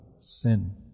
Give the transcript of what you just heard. sin